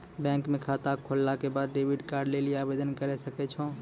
bank म खाता खोलला के बाद डेबिट कार्ड लेली आवेदन करै सकै छौ